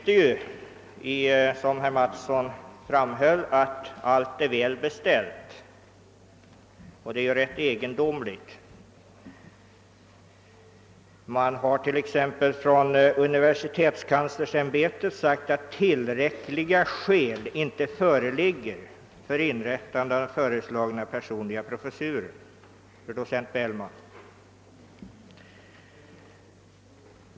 Det har, såsom herr Mattsson framhöll, gjorts gällande att allt är väl beställt på det område vi tagit upp, vilket är ganska egendomligt. Universitetskanslersämbetet har t.ex. uttalat att tillräckliga skäl inte föreligger för inrätlande av den föreslagna personliga professuren för docent Bellman.